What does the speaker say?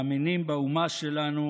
מאמינים באומה שלנו